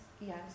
yes